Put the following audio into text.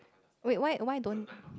wait why why don't